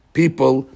people